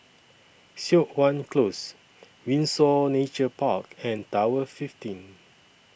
Siok Wan Close Windsor Nature Park and Tower fifteen